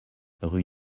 rue